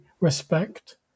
respect